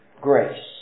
grace